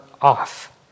off